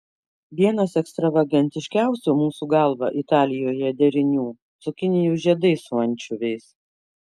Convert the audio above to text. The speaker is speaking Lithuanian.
vienas ekstravagantiškiausių mūsų galva italijoje derinių cukinijų žiedai su ančiuviais